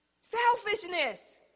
Selfishness